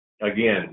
again